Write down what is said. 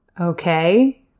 Okay